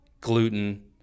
gluten